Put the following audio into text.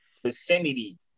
Vicinity